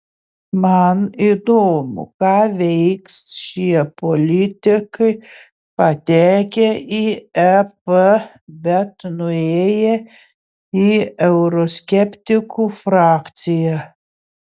man įdomu ką veiks šie politikai patekę į ep bet nuėję į euroskeptikų frakciją